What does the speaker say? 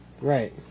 Right